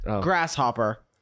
Grasshopper